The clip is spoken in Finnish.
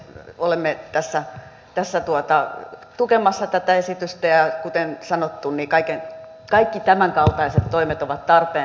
olemme tässä tukemassa tätä esitystä ja kuten sanottu kaikki tämänkaltaiset toimet ovat tarpeen